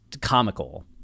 comical